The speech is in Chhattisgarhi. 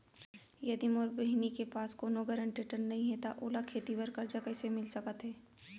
यदि मोर बहिनी के पास कोनो गरेंटेटर नई हे त ओला खेती बर कर्जा कईसे मिल सकत हे?